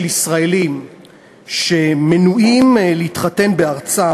של ישראלים שמנועים מלהתחתן בארצם,